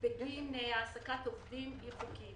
בגין העסקת עובדים אי חוקיים.